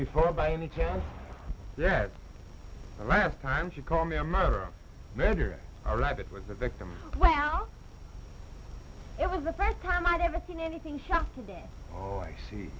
before by any chance that last time she called me a mother nedra a rabbit was a victim well it was the first time i've ever seen anything shock today or i see